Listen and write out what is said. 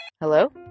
Hello